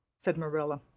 said marilla,